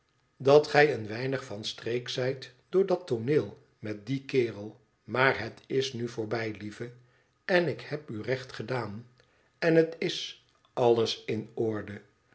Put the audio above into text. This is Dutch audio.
dat gij een weinig van streek zijt door dat tooneel met dien kerel maar het is nu voorbij lieve en ik heb u recht gedaan en het is alles in orde